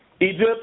Egypt